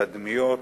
תדמיות,